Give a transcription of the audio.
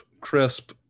crisp